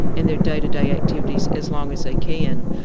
and their day-to-day activities as long as they can.